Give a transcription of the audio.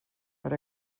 per